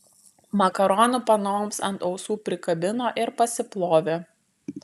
makaronų panoms ant ausų prikabino ir pasiplovė